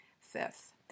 Fifth